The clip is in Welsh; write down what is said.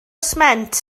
sment